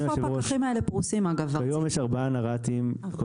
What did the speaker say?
יש היום ארבעה נרת"ים -- איפה הפקחים האלה פרוסים?